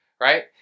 right